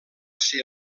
ser